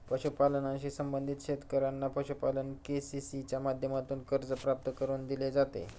पशुपालनाशी संबंधित शेतकऱ्यांना पशुपालन के.सी.सी च्या माध्यमातून कर्ज प्राप्त करून दिले जाते